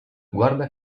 guarda